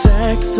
Sex